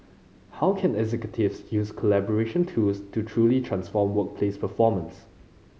how can executives use collaboration tools to truly transform workplace performance